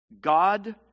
God